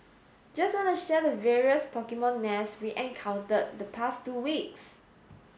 just wanna share the various Pokemon nests we encountered the past two weeks